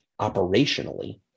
operationally